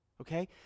Okay